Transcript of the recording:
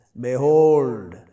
behold